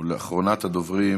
אחרונת הדוברים,